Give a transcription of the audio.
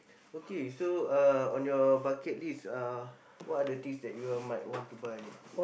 okay so uh on your bucket list uh what are the things that you are might want to buy